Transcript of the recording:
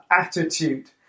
attitude